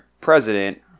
president